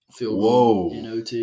Whoa